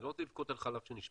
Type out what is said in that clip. אני לא רוצה לבכות על חלב שנשפך,